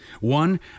One